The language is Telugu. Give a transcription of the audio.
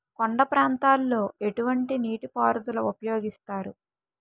కొండ ప్రాంతాల్లో ఎటువంటి నీటి పారుదల ఉపయోగిస్తారు?